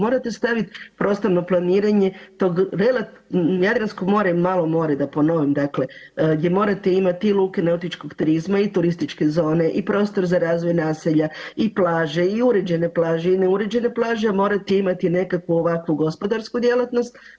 Morate staviti prostorno planiranje tog, Jadransko more je malo more da ponovim dakle gdje morate imati i luke nautičkog turizma i turističke zone i prostor za razvoj naselja i plaže i uređene plaže i neuređene plaže morate imati nekakvu ovakvu gospodarsku djelatnost.